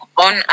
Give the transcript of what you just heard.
on